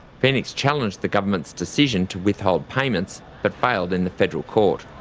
phoenix challenged the government's decision to withhold payments, but failed in the federal court.